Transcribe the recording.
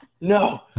no